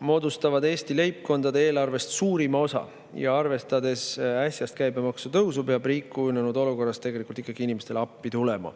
moodustavad Eesti leibkondade eelarvest suurima osa. Arvestades äsjast käibemaksu tõusu, peab riik kujunenud olukorras ikkagi inimestele appi tulema.